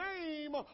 name